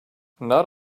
not